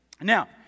Now